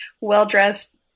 well-dressed